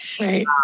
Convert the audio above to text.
right